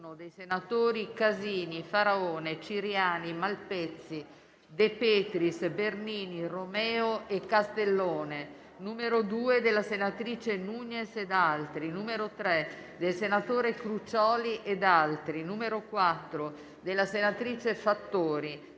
dai senatori Casini, Faraone, Ciriani, Malpezzi, De Petris, Bernini, Romeo e Castellone, n. 2, dalla senatrice Nugnes e da altri senatori, n. 3, dal senatore Crucioli e da altri senatori, n. 4, dalla senatrice Fattori,